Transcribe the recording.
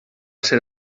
ser